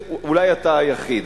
אולי אתה היחיד,